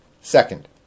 Second